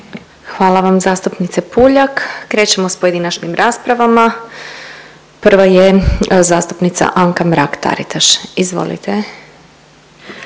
Hvala vam zastupnice Puljak. Krećemo s pojedinačnim raspravama. Prva je zastupnica Anka Mrak Taritaš. Izvolite.